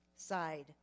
side